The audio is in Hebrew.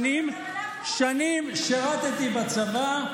אני שנים שירתי בצבא,